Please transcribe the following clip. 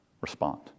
respond